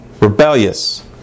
rebellious